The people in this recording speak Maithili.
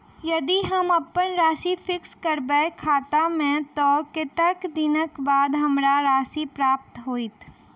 यदि हम अप्पन राशि फिक्स करबै खाता मे तऽ कत्तेक दिनक बाद हमरा राशि प्राप्त होइत?